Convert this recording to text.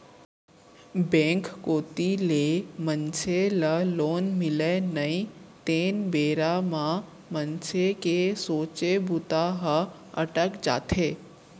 bank कोती ले मनसे ल लोन मिलय नई तेन बेरा म मनसे के सोचे बूता ह अटक जाथे